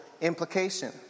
implication